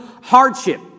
hardship